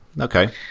okay